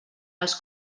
els